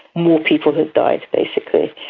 more people have died basically.